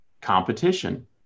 competition